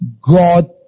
God